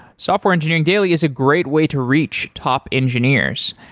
software engineering daily is a great way to reach top engineers.